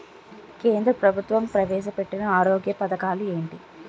కేంద్ర ప్రభుత్వం ప్రవేశ పెట్టిన ఆరోగ్య పథకాలు ఎంటి?